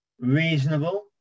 reasonable